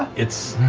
it's